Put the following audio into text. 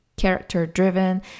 character-driven